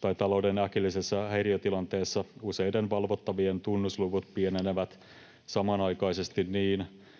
tai talouden äkillisessä häiriötilanteessa useiden valvottavien tunnusluvut pienenevät samanaikaisesti niin,